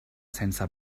sense